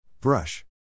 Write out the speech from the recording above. Brush